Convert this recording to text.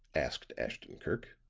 asked ashton-kirk.